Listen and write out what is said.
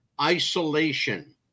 isolation